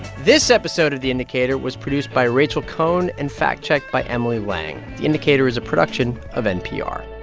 this episode of the indicator was produced by rachael cohn and fact-checked by emily lang. the indicator is a production of npr